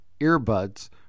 earbuds